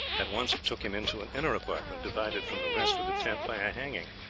at once took him into an inner apartment divided from the rest of the tent by a hanging.